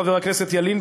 חבר הכנסת ילין,